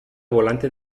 volante